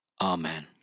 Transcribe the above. Amen